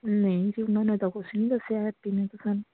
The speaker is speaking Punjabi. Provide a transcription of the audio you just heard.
ਨਹੀਂ ਜੀ ਉਹਨਾਂ ਨੇ ਤਾਂ ਕੁਛ ਨਹੀਂ ਦੱਸਿਆ ਹੈਪੀ ਨੇ ਤਾਂ ਸਾਨੂੰ